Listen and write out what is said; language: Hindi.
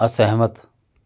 असहमत